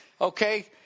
okay